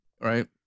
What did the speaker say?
right